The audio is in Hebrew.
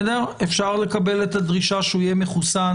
אפשר לקבל את הדרישה שהוא יהיה מחוסן